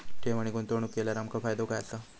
ठेव आणि गुंतवणूक केल्यार आमका फायदो काय आसा?